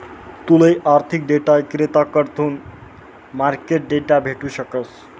तूले आर्थिक डेटा इक्रेताकडथून मार्केट डेटा भेटू शकस